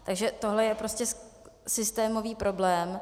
Takže tohle je prostě systémový problém.